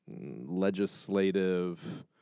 legislative